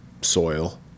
soil